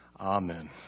Amen